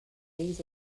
these